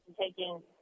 taking